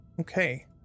Okay